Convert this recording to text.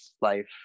life